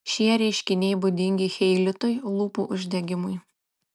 šie reiškiniai būdingi cheilitui lūpų uždegimui